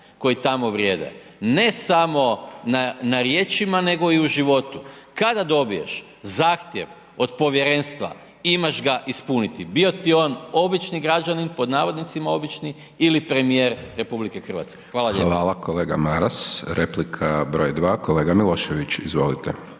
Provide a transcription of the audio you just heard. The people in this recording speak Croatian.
koji tamo vrijede, ne samo na riječima nego i u životu. Kada dobiješ zahtjev od povjerenstva imaš ga ispuniti, bio ti on obični građanin pod navodnicima obični ili premijer RH. Hvala lijepo. **Hajdaš Dončić, Siniša (SDP)** Hvala kolega Maras. Replika broj dva, kolega Milošević. Izvolite.